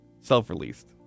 self-released